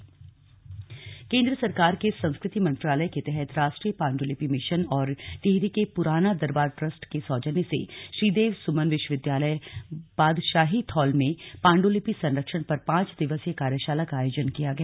पांडुलिपि संरक्षण कार्यशाला केन्द्र सरकार के संस्कृति मंत्रालय के तहत राष्ट्रीय पांडुलिपि मिशन और टिहरी के पुराना दरबार ट्रस्ट के सौजन्य से श्रीदेव सुमन विश्वविद्यालय बादशाहीथौल में पांड्लिपि संरक्षण पर पांच दिवसीय कार्यशाला का आयोजन किया गया